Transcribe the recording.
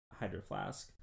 hydroflask